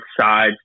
sides